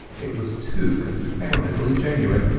it was too confoundedly genuine.